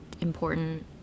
important